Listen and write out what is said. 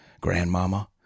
grandmama